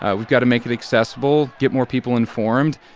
ah we've got to make it accessible, get more people informed.